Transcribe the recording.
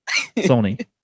Sony